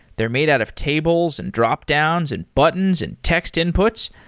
they're made out of tables, and drop downs, and buttons, and text inputs.